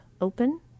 open